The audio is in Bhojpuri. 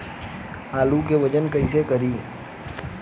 आलू के वजन कैसे करी?